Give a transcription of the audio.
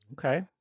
Okay